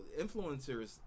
influencers